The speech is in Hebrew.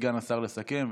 סגן השר יסכם,